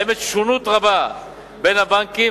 קיימת שונות רבה בין הבנקים,